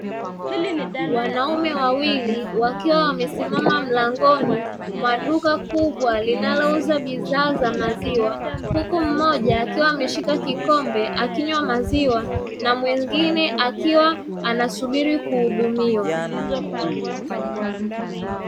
Wanaume wawili wakiwa wamesimma mlangoni mwa duka kubwa linalouza bidhaa za maziwa, huku mmoja akiwa ameshika kikombe akinywa maziwa na mwingine akiwa anasubiri kuhudumiwa.